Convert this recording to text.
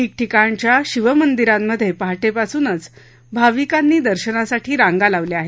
ठिकठिकाणच्या शिममदिरांमधे पहाटेपासूनच भाविकांनी दर्शनासाठी रांगा लावल्या आहेत